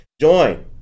Join